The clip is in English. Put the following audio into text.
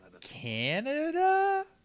Canada